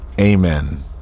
Amen